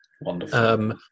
Wonderful